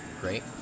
great